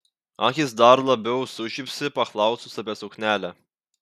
akys dar labiau sužibsi paklausus apie suknelę